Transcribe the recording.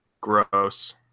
Gross